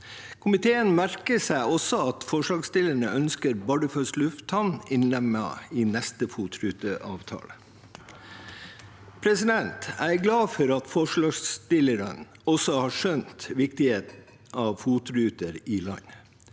Komiteen merker seg også at forslagsstillerne ønsker Bardufoss lufthavn innlemmet i neste FOT-ruteavtale. Jeg er glad for at forslagsstillerne også har skjønt viktigheten av FOT-ruter i landet.